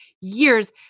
years